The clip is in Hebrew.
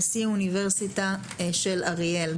נשיא אוניברסיטה של אריאל,